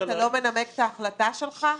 אתה לא מנמק את ההחלטה שלך?